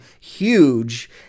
huge